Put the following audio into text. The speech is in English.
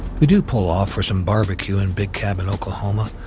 we do pull off for some barbeque in big cabin, oklahoma,